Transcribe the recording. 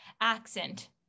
accent